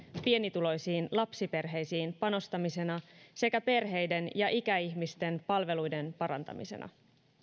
pienituloisiin lapsiperheisiin panostamisena sekä perheiden ja ikäihmisten palveluiden parantamisena